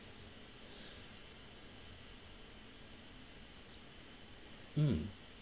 mm